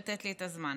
לתת לי את הזמן.